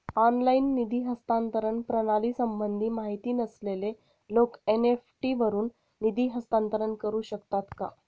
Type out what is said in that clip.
Online निधी हस्तांतरण प्रणालीसंबंधी माहिती नसलेले लोक एन.इ.एफ.टी वरून निधी हस्तांतरण करू शकतात का?